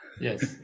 Yes